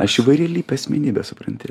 aš įvairialypė asmenybė supranti